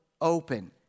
open